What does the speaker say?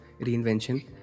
reinvention